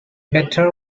better